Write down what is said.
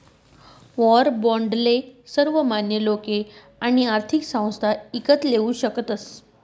war बाॅन्डले सर्वसामान्य लोके आणि आर्थिक संस्था ईकत लेवू शकतस